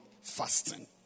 fasting